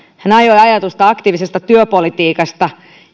hän ajoi ajatusta aktiivisesta työpolitiikasta